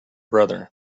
brother